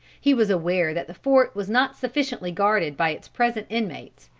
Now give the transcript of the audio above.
he was aware that the fort was not sufficiently guarded by its present inmates,